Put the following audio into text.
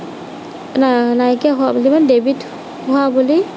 নাইকিয়া হোৱা বুলি মানে ডেবিট হোৱা বুলি